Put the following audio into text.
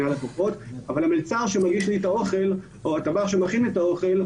אבל המלצר שמגיש לי את האוכל או הטבח שמכין לי את האוכל,